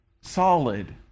solid